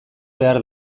behar